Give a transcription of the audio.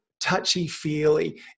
touchy-feely